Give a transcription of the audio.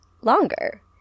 longer